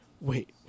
Wait